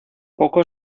poco